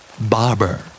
Barber